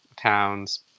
towns